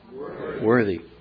worthy